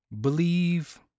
believe